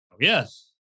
Yes